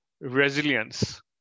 resilience